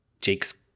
Jake's